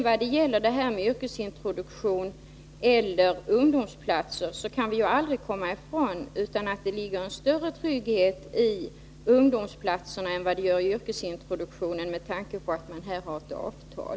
Vad det gäller frågan om yrkesintroduktion eller ungdomsplatser, kan vi aldrig komma ifrån att det ligger en större trygghet i ungdomsplatserna än i yrkesintroduktionen med tanke på att man här har ett avtal.